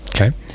Okay